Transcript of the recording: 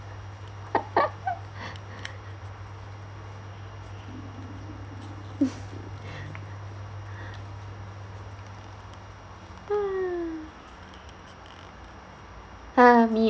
!huh! me ah